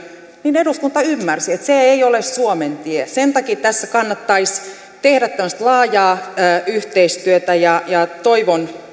niin eduskunta ymmärsi että se ei ole suomen tie sen takia tässä kannattaisi tehdä tämmöistä laajaa yhteistyötä ja ja toivon